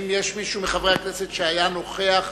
האם יש מישהו מחברי הכנסת שהיה נוכח,